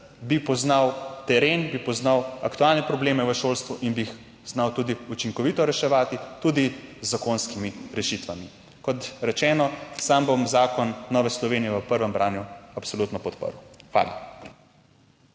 bi poznal teren, bi poznal aktualne probleme v šolstvu in bi jih znal tudi učinkovito reševati, tudi z zakonskimi rešitvami. Kot rečeno, sam bom zakon Nove Slovenije v prvem branju absolutno podprl. Hvala.